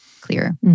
clear